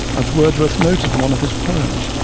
as wordsworth noted in one of his poems,